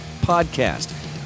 Podcast